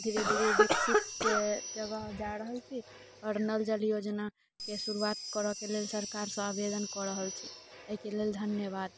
धीरे धीरे विकसितके जगह जा रहल छी आओर नल जल योजनाके शुरुआत करयके लेल सरकारसँ आवेदन कऽ रहल छी एहिके लेल धन्यवाद